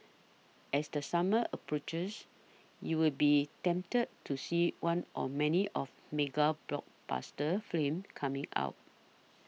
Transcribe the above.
as the summer approaches you will be tempted to see one or many of mega blockbuster films coming out